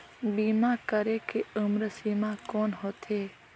बीमा करे के उम्र सीमा कौन होथे?